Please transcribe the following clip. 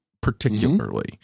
particularly